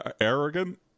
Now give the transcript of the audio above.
arrogant